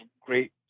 great